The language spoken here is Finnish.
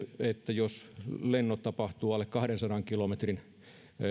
jos lennot tapahtuvat alle kahdensadan kilometrin